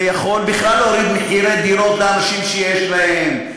זה יכול בכלל להוריד מחירי דירות לאנשים שיש להם.